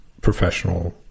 professional